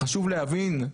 חשוב להבין,